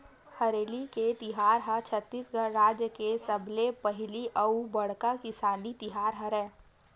हरेली के तिहार ह छत्तीसगढ़ राज के सबले पहिली अउ बड़का किसानी तिहार हरय